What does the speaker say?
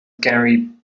gary